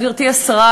גברתי השרה,